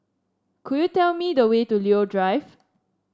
could you tell me the way to Leo Drive